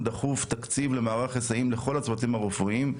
דחוף תקציב למערך היסעים לכל הצוותים הרפואיים,